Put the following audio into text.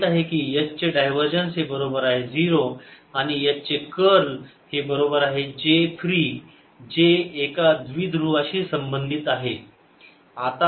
B0B0J आपल्याला माहित आहे कि H चे डायवरजन्स हे बरोबर आहे 0 आणि H चे कर्ल हे बरोबर आहे J फ्री जे एका द्विध्रुवाशी संबंधित आहे